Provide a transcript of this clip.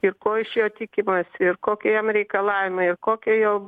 ir ko iš jo tikimasi ir kokie jam reikalavimai ir kokia jo